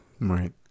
Right